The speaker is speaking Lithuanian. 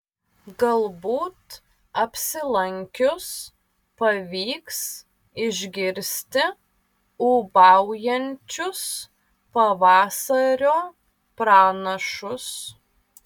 galbūt apsilankius pavyks išgirsti ūbaujančius pavasario pranašus